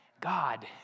God